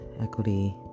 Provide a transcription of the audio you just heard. equity